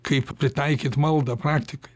kaip pritaikyt maldą praktikai